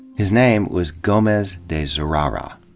his name was gomes de zurara.